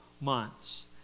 months